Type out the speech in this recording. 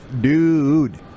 dude